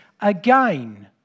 again